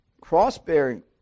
cross-bearing